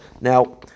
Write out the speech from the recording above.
Now